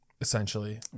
essentially